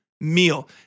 meal